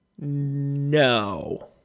no